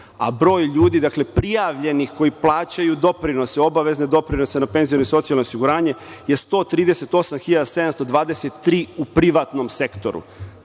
a broj ljudi prijavljenih koji plaćaju obavezne doprinose na penziono i socijalno osiguranje je 138.723 u privatnom sektoru.